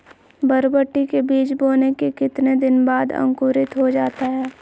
बरबटी के बीज बोने के कितने दिन बाद अंकुरित हो जाता है?